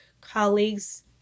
colleagues